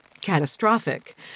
catastrophic